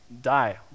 die